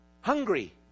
Hungry